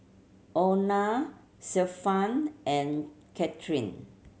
Ona Stefan and Cathryn